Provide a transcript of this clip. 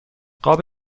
قاب